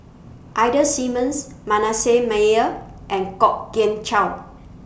Ida Simmons Manasseh Meyer and Kwok Kian Chow